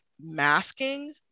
masking